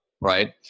right